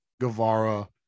Guevara